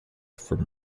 from